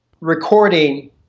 recording